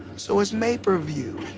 so it's may-per-view.